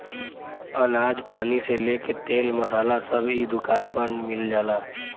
अनाज पानी से लेके तेल मसाला सब इ दुकान पर मिल जाला